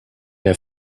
der